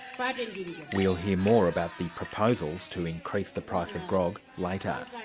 like and we'll hear more about the proposals to increase the price of grog later.